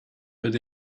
but